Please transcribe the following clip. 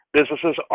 Businesses